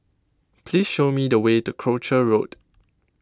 please show me the way to Croucher Road